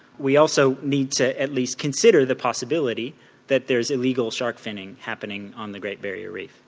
we also need to at least consider the possibility that there's illegal shark finning happening on the great barrier reef.